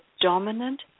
dominant